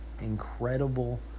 Incredible